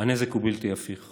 הנזק הוא בלתי הפיך.